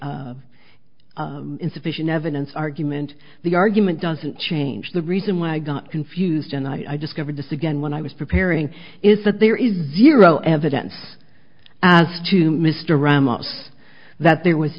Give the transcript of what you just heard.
insufficient evidence argument the argument doesn't change the reason why i got confused and i discovered this again when i was preparing is that there is zero evidence as to mr randolph that there was